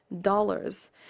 dollars